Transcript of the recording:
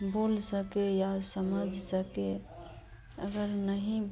बोल सकें या समझ सकें अगर नहीं